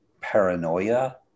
paranoia